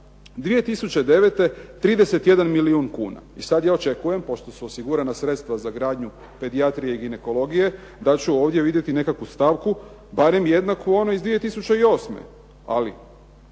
2009. 31 milijun kuna. I sada ja očekujem pošto su osigurana sredstva za gradnju pedijatrije i ginekologije da ću ovdje vidjeti nekakvu stavku barem jednaku onoj iz 2008. Ali